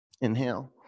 Inhale